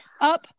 up